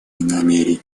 намерения